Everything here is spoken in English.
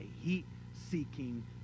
heat-seeking